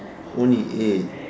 only eight